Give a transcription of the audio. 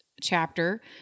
chapter